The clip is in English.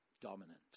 dominant